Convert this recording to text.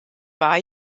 war